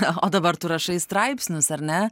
o dabar tu rašai straipsnius ar ne